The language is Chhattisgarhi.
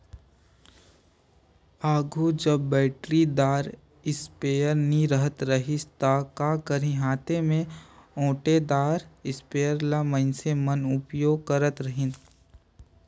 आघु जब बइटरीदार इस्पेयर नी रहत रहिस ता का करहीं हांथे में ओंटेदार इस्परे ल मइनसे मन उपियोग करत रहिन